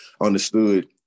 understood